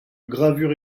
gravures